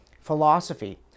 philosophy